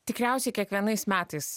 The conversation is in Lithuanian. tikriausiai kiekvienais metais